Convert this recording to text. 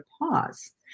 pause